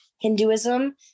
hinduism